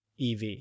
EV